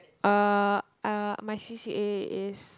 uh uh my C_C_A is